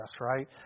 right